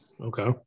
Okay